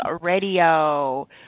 Radio